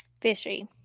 Fishy